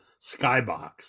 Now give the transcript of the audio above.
skybox